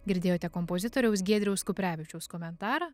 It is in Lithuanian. girdėjote kompozitoriaus giedriaus kuprevičiaus komentarą